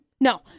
No